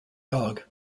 dog